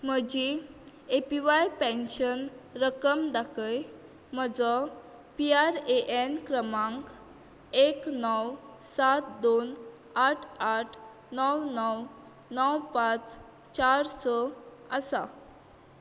म्हजी A P Y pension रक्कम दाखय म्हजो पी आर ए एन क्रमांक एक णव सात दोन आठ आठ णव णव णव पांच चार स आसा